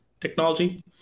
technology